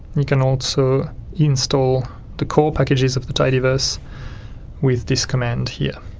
you can also install the core packages of the tidyverse with this command here.